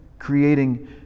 creating